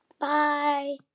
Bye